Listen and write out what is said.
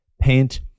paint